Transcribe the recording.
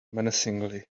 menacingly